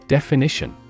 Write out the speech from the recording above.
Definition